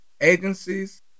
agencies